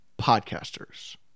podcasters